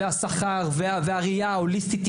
השכר והראייה ההוליסטית,